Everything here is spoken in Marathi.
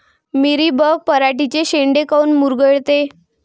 मिलीबग पराटीचे चे शेंडे काऊन मुरगळते?